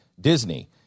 Disney